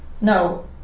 No